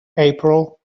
april